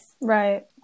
Right